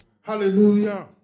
hallelujah